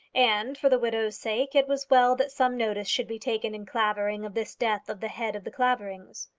and, for the widow's sake, it was well that some notice should be taken in clavering of this death of the head of the claverings.